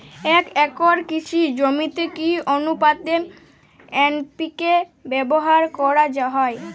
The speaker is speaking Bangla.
এক একর কৃষি জমিতে কি আনুপাতে এন.পি.কে ব্যবহার করা হয়?